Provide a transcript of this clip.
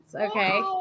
okay